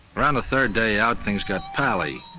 around the third day out, things got pally.